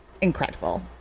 incredible